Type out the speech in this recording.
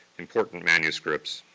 important manuscripts,